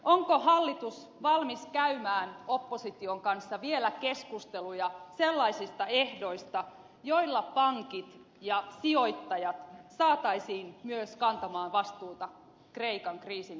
onko hallitus valmis käymään opposition kanssa vielä keskusteluja sellaisista ehdoista joilla pankit ja sijoittajat saataisiin myös kantamaan vastuuta kreikan kriisin jälkihoidossa